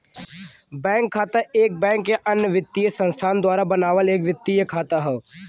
bank खाता एक bank या अन्य वित्तीय संस्थान द्वारा बनावल एक वित्तीय खाता हौ